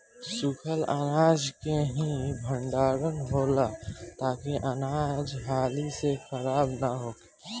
सूखल अनाज के ही भण्डारण होला ताकि अनाज हाली से खराब न होखे